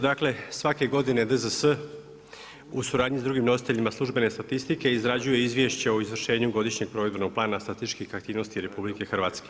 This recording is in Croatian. Dakle, svake godine DZS, u suradnji sa drugim nositeljima službene statistike izrađuje izvješće o izvršenju godišnjeg provedbenog plana statističkih aktivnosti RH.